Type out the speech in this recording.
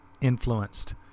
influenced